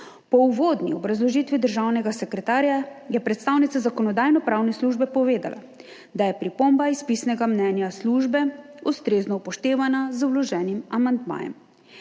Po uvodni obrazložitvi državnega sekretarja je predstavnica Zakonodajno-pravne službe povedala, da je pripomba iz pisnega mnenja službe ustrezno upoštevana z vloženim amandmajem.